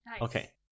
Okay